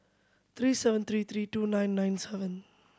three seven three three two nine nine seven